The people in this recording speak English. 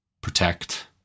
protect